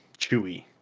chewy